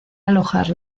alojar